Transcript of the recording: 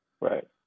Right